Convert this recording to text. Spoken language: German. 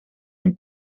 ein